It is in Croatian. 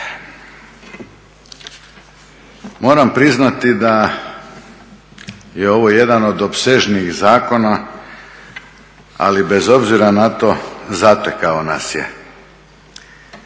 Moram priznati da je ovo jedan od opsežnijih zakona, ali bez obzira na to zatekao nas je.